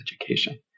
education